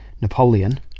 Napoleon